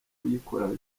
kuyikoraho